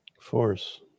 Force